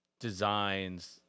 designs